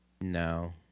No